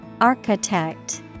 Architect